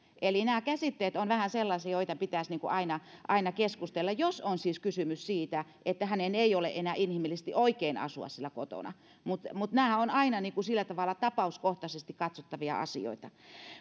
eli nämä käsitteet ovat vähän sellaisia joista pitäisi aina aina keskustella jos on siis kysymys siitä että hänen ei ole enää inhimillisesti oikein asua siellä kotona mutta mutta nämä ovat aina sillä tavalla tapauskohtaisesti katsottavia asioita